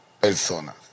personas